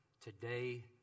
today